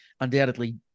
undoubtedly